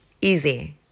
Easy